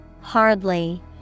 Hardly